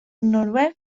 noruec